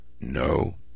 no